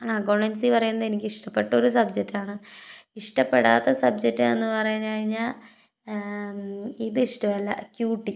ആ അക്കൗണ്ടൻസിയെന്ന് പറയുന്നത് എനിക്ക് ഇഷ്ടപ്പെട്ട ഒരു സബ്ജക്റ്റാണ് ഇഷ്ടപ്പെടാത്ത സബ്ജക്റ്റെന്ന് പറഞ്ഞ് കഴിഞ്ഞാൽ ഇത് ഇഷ്ടമല്ല ക്യൂ ടി